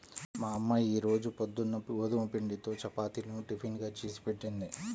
మా అమ్మ ఈ రోజు పొద్దున్న గోధుమ పిండితో చపాతీలను టిఫిన్ గా చేసిపెట్టింది